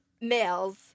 males